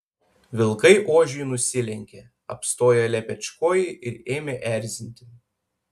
vilkai ožiui nusilenkė apstojo lepečkojį ir ėmė erzinti